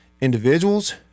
individuals